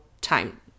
time